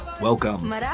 Welcome